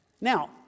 Now